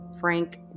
Frank